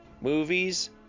movies